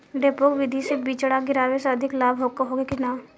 डेपोक विधि से बिचड़ा गिरावे से अधिक लाभ होखे की न?